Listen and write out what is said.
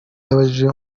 yabajije